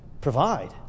provide